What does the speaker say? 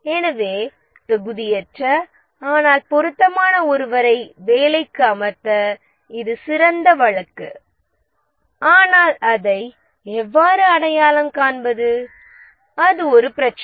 எனவே தகுதியற்ற ஆனால் பொருத்தமான ஒருவரை வேலைக்கு அமர்த்த இது சிறந்த வழக்கு ஆனால் அதை எவ்வாறு அடையாளம் காண்பது அது ஒரு பிரச்சினை